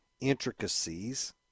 intricacies